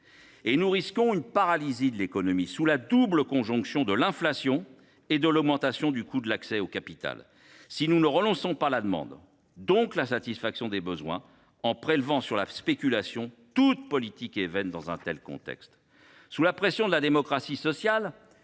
Nous risquons une paralysie de l’économie sous la double conjonction de l’inflation et de l’augmentation du coût de l’accès au capital. Si nous ne relançons pas la demande, donc la satisfaction des besoins, en prélevant sur la spéculation, toute politique est vaine dans un tel contexte. Il faut reconnaître toutefois